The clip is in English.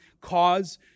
cause